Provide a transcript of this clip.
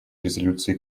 резолюции